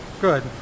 Good